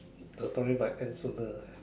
the story might end sooner